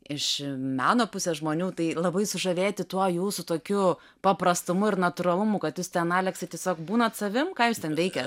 iš meno pusės žmonių tai labai sužavėti tuo jūsų tokiu paprastumu ir natūralumu kad jūs ten aleksai tiesiog būnat savim ką jūs ten veikiat